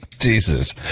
Jesus